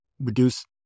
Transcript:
reduce